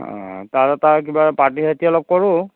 তা তাৰ কিবা পাৰ্টি চাৰ্টি অলপ কৰোঁ